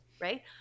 right